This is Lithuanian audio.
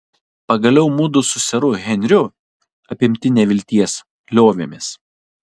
pagaliau mudu su seru henriu apimti nevilties liovėmės